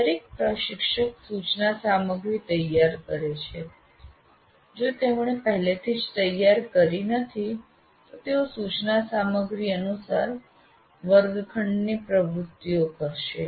દરેક પ્રશિક્ષક સૂચના સામગ્રી તૈયાર કરે છે જો તેમણે પહેલેથી જ તૈયારી કરી નથી તો તેઓ સૂચના સામગ્રી અનુસાર વર્ગખંડની પ્રવૃત્તિઓ કરશે